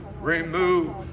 remove